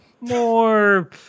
More